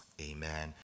amen